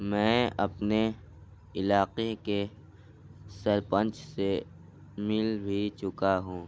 میں اپنے علاقے کے سرپنچ سے مل بھی چکا ہوں